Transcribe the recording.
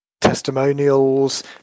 testimonials